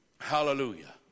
Hallelujah